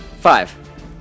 Five